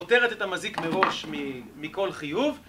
פוטרת את המזיק מראש מכל חיוב.